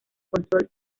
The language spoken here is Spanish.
control